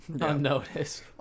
unnoticed